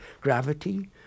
gravity